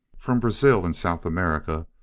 from brazil, in south america,